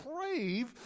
crave